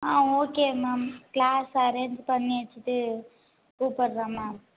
ஆ okay ma'am class arrange பண்ணி வச்சுட்டு கூப்பிட்றேன் மேம்